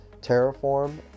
Terraform